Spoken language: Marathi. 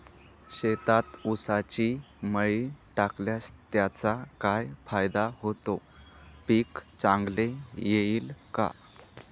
शेतात ऊसाची मळी टाकल्यास त्याचा काय फायदा होतो, पीक चांगले येईल का?